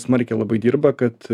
smarkiau labai dirba kad